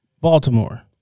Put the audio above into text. Baltimore